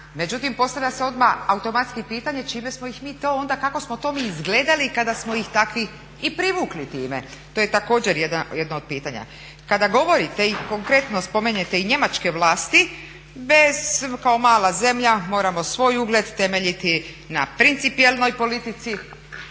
međutim, postavlja se odmah automatski i pitanje čime smo ih mi to, onda kako smo mi to izgledali kada smo ih takvi i privukli time. To je također jedno od pitanja. Kada govorite i konkretno spominjete i njemačke vlasti bez kao mala zemlja moramo svoj ugled temeljiti na principijelnoj politici,